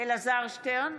אלעזר שטרן,